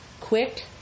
quick